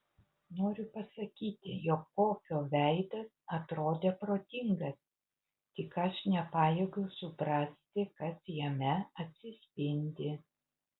noriu pasakyti jog kofio veidas atrodė protingas tik aš nepajėgiau suprasti kas jame atsispindi